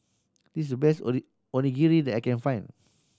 this the best Onigiri that I can find